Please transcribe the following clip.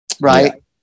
Right